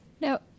Now